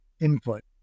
input